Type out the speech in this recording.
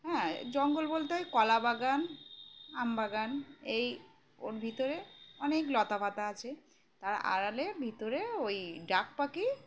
হ্যাঁ জঙ্গল বলতে হয় কলা বাগান আমবগান এই ওর ভিতরে অনেক লতা পাতা আছে তার আড়ালে ভিতরে ওই ডাক পাখি